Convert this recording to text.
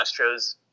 Astros